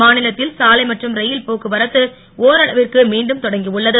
மாநிலத்தில் சாலை மற்றும் ரயில் போக்குவரத்து ஒரளவிற்கு மீண்டும் தொடங்கி உள்ளது